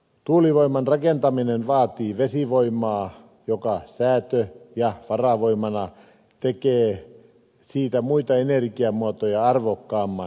tuulivoiman rakentaminen vaatii vesivoimaa joka säätö ja varavoimana tekee siitä muita energiamuotoja arvokkaamman